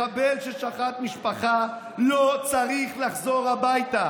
מחבל ששחט משפחה לא צריך לחזור הביתה.